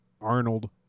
Arnold